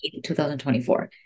2024